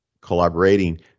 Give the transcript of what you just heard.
collaborating